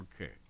Okay